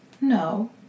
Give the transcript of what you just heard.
No